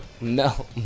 No